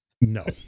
No